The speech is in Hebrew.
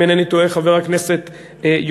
אם אינני טועה חבר הכנסת יוגב,